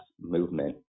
movement